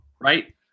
right